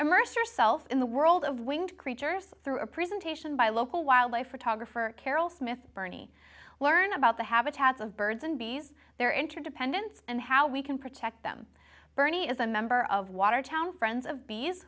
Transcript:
immerse yourself in the world of winged creatures through a presentation by local wildlife photographer carole smith bernie learn about the habitats of birds and bees their interdependence and how we can protect them bernie is a member of watertown friends of bees